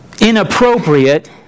inappropriate